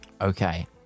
Okay